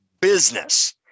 business